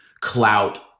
clout